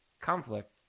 conflict